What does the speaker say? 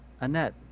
Annette